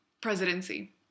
presidency